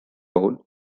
bowl